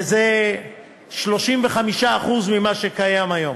וזה 35% ממה שקיים היום.